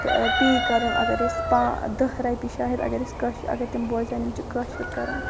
پے کَرُن اَگر اَسہِ پا دہ رۄپیہِ شاید اَسہِ کٲش اگر تِم بوزٕہن یِم چھِ کٲشُر کَران